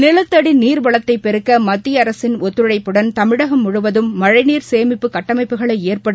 நிலத்தடி நீர்வளத்தை பெருக்க மத்திய அரசின் ஒத்துழைப்புடன் தமிழகம் முழுவதும் மழைநீர் சேமிப்பு கட்டமைப்புகளை ஏற்படுத்த